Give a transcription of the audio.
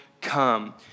come